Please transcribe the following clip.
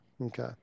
Okay